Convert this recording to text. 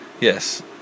Yes